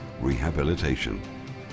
rehabilitation